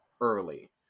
early